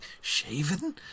shaven